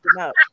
up